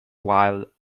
while